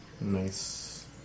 Nice